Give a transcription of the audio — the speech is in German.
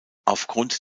aufgrund